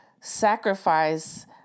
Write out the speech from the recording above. sacrifice